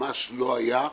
ממש לא היה.